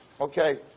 Okay